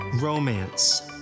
Romance